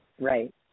Right